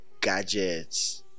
gadgets